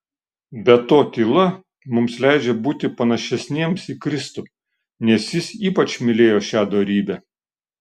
be to tyla mums leidžia būti panašesniems į kristų nes jis ypač mylėjo šią dorybę